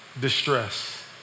distress